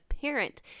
parent